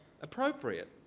Appropriate